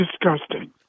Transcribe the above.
disgusting